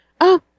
Oh